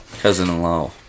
Cousin-in-law